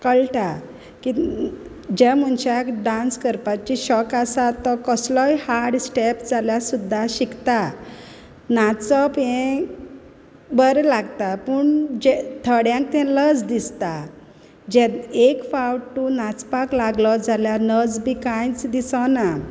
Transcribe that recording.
कळटा की ज्या मुनशाक डान्स करपाची शॉक आसा तो कोसलोय हार्ड स्टॅप जाल्यार सुद्दां शिकता नाचप यें बर लागता पूण जें थोड्यांक तें लज दिसता जेद एक फावट तूं नाचपाक लागलो जाल्या नज बी कांयच दिसोना